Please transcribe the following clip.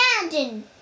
imagine